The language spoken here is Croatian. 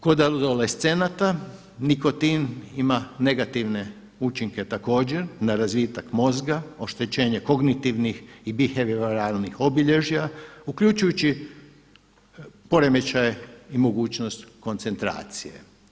Kod adolescenata nikotin ima negativne učinke također na razvitak mozga, oštećenje kognitivnih i bihevioralnih obilježja, uključujući poremećaje i mogućnost koncentracije.